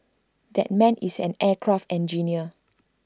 that man is an aircraft engineer